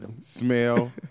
smell